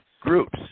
groups